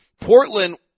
Portland